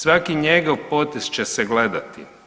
Svaki njegov potez će se gledati.